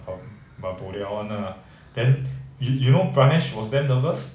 but but boliao [one] lah then you you know pranesh was damn nervous